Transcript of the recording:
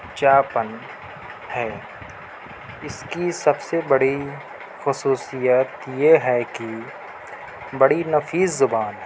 چاپن ہے اس کی سب سے بڑی خصوصیت یہ ہے کی بڑی نفیس زبان ہے